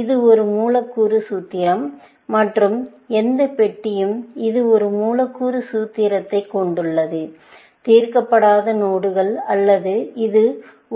இது ஒரு மூலக்கூறு சூத்திரம் மற்றும் எந்த பெட்டியும்இது ஒரு மூலக்கூறு சூத்திரத்தைக் கொண்டுள்ளது தீர்க்கப்படாத நோடுகள் அல்லது இது